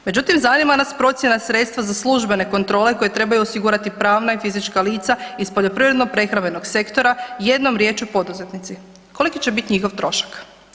Međutim, zanima nas procjena sredstva za službene kontrole koje trebaju osigurati pravna i fizička lica iz poljoprivredno prehrambenog sektora, jednom riječju poduzetnici, koliki će bit njihov trošak?